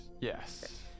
Yes